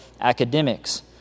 academics